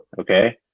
Okay